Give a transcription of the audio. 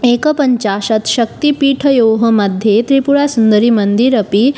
एकपञ्चाशत् शक्तिपीठयोः मध्ये त्रिपुरसुन्दरीमन्दिरम् अपि